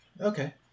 Okay